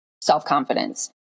self-confidence